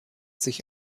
sich